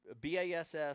BASS